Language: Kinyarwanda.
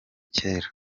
kera